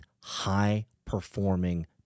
high-performing